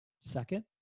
second